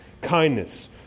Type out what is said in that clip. kindness